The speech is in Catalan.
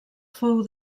fou